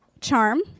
Charm